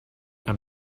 and